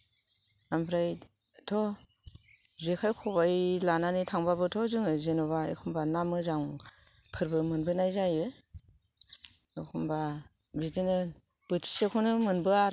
ओमफ्राय थ' जेखाय खबाय लानानै थांबाबोथ' जोङो जेनबा एखमबा ना मोजां फोरबो मोनबोनाय जायो एखमबा बिदिनो बोथिसेखौनो मोनबोया आरो